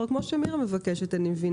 כמו שמירה מבקשת.